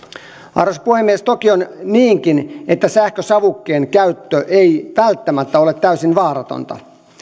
arvoisa puhemies toki on niinkin että sähkösavukkeen käyttö ei välttämättä ole täysin vaaratonta